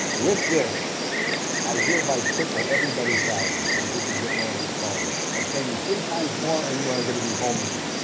with this i hereby triple everybody's salary. do you think you'd get more of these qualities? i pay you three times more and you are going to be vulnerable,